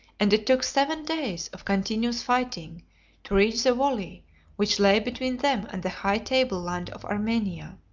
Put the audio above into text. and it took seven days of continuous fighting to reach the valley which lay between them and the high tableland of armenia.